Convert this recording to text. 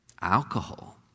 alcohol